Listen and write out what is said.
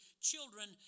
children